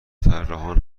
طراحان